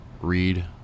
read